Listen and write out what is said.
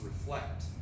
reflect